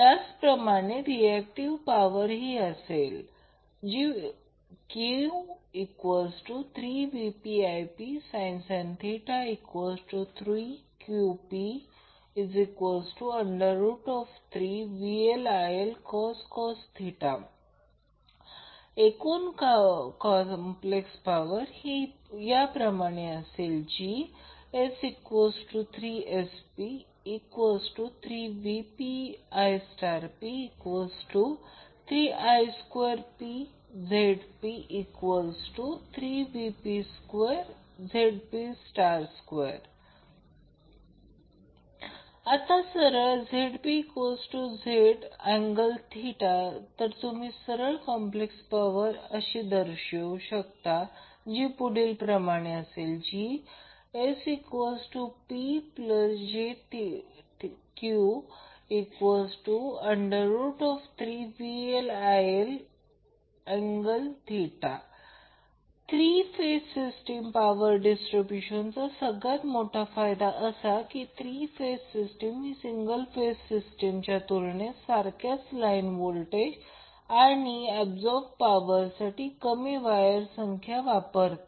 त्याचप्रमाणे reactive power असेल Q3VpIpsin 3Qp3VLILcos एकूण कॉम्प्लेक्स पॉवर या प्रमाणे S3Sp3VpIp3Ip2Zp3Vp2Zp आता जर ZpZp∠θ तर तुम्ही सरळ कॉम्प्लेक्स पॉवर अशी दर्शवू शकता SPjQ3VLIL∠θ थ्री फेज सिस्टीममधील पॉवर डिस्ट्रीब्यूशन चा सगळ्यात मोठा फायदा असा की थ्री फेज सिस्टीम ही सिंगल फेज सिस्टीमच्या तुलनेत सारख्याच लाईन व्होल्टेज आणि शोषलेल्या पॉवरसाठी कमी वायर संख्या वापरते